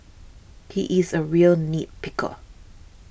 he is a real nit picker